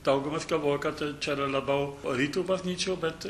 daugumas galvoja kad čia yra labiau rytų bažnyčių bet